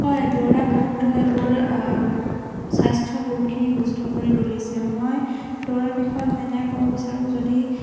হয় দৌৰা কামটোৱে মোৰ স্বাস্থ্য বহুতখিনি সুস্থ কৰি তুলিছে মই দৌৰাৰ বিষয়ে মই এটাই ক'ব বিচাৰোঁ যদি